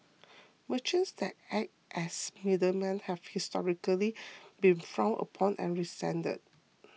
merchants that act as middlemen have historically been frowned upon and resented